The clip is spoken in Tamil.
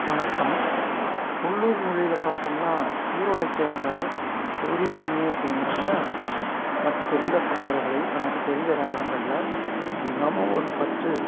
வணக்கம் உள்ளூர் மொழியில் பார்த்தோம்னா ஈரோட்டை சேர்ந்த கௌரி மாமி அப்படிங்கிறவங்க தனக்கு தெரிந்த பாடல்களை தனக்கு தெரிஞ்ச ராகங்களில் தினமும் ஒரு பத்து